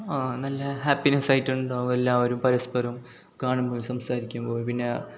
ആ നല്ല ഹാപ്പിനെസ്സ് ആയിട്ടുണ്ടാവും എല്ലാവരും പരസ്പരം കാണുമ്പോൾ സംസാരിക്കുമ്പോൾ പിന്നെ